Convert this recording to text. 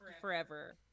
forever